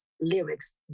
lyrics